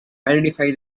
identify